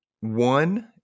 one